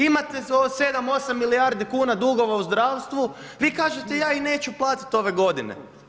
Imate 7, 8 milijardi kuna dugova u zdravstvu, vi kažete ja ih neću platiti ove godine.